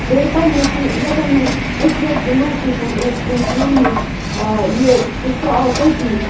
بیٚیہِ پَنٕنِس یوتن مےٚ اکزیکٹ لوکیشَن ٲسۍ مےٚ تٔمِس ؤنمٕژ یہِ تہٕ سُہ آو تٔتی